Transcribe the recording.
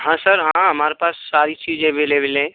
हाँ सर हाँ हमारे पास सारी चीजें एवेलेबल हैं